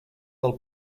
del